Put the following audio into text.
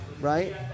right